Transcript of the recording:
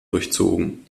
durchzogen